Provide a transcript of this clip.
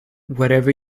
whatever